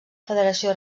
federació